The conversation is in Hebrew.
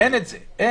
אין את זה בחוק.